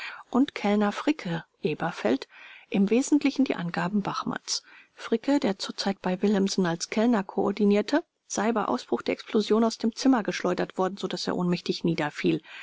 und kellner fricke elberfeld im wesentlichen die angaben bachmanns fricke der zur zeit bei willemsen als kellner konditionierte sei bei ausbruch der explosion aus dem zimmer geschleudert worden so daß er ohnmächtig